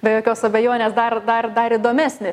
be jokios abejonės dar dar dar įdomesnį